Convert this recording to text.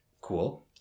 Cool